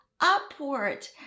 upward